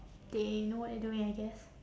they know what they're doing I guess